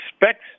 expect